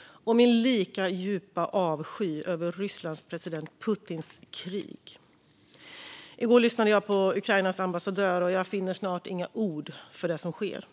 och min lika djupa avsky över Rysslands president Putins krig. I går lyssnade jag på Ukrainas ambassadör, och jag finner snart inga ord för det som sker.